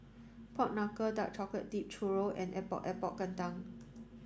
pork knuckle dark chocolate dipped churro and Epok Epok Kentang